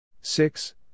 six